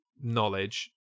knowledge